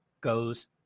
goes